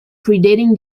predating